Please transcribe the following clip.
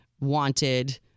wanted